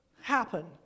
happen